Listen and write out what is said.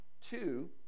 Two